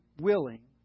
willing